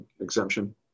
exemption